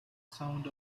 sound